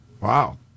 Wow